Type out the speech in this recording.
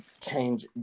change